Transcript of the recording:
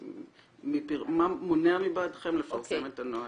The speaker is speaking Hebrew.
מה מונע מבעדכם לפרסם את הנוהל?